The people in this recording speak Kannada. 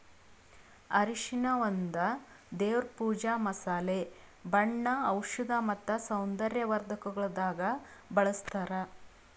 ಅರಿಶಿನ ಒಂದ್ ದೇವರ್ ಪೂಜಾ, ಮಸಾಲೆ, ಬಣ್ಣ, ಔಷಧ್ ಮತ್ತ ಸೌಂದರ್ಯ ವರ್ಧಕಗೊಳ್ದಾಗ್ ಬಳ್ಸತಾರ್